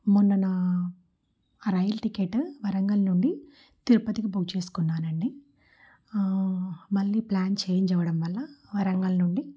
మొన్న నా rail ticket Warangal నుండి తిరుపతికి బుక్ చేసుకున్నాను అండి మళ్ళీ ప్లాన్ చేంజ్ అవ్వడం వల్ల వరంగల్ నుండి